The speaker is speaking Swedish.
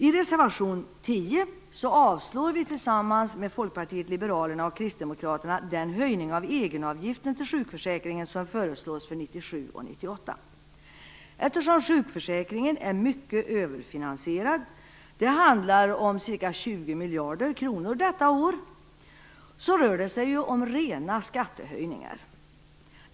I reservation 10 avstyrker vi tillsammans med Folkpartiet liberalerna och Kristdemokraterna den höjning av egenavgiften till sjukförsäkringen som föreslås för 1997 och 1998. Eftersom sjukförsäkringen är mycket överfinansierad - det handlar om ca 20 miljarder kronor detta år - rör det sig om rena skattehöjningar.